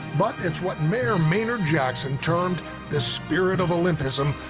but it's what mayor mayor jackson turned the spirit of olypism.